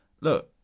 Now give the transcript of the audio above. look